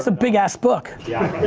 so big ass book. yeah,